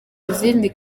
izindi